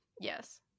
Yes